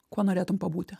kuo norėtum pabūti